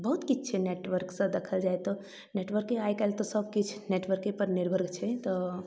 बहुत किछु छै नेटवर्कसँ देखल जाए तऽ नेटवर्के आइकाल्हि तऽ सबकिछु नेटवर्केपर निर्भर छै तऽ